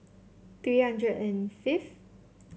three hundred and fifth